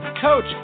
coach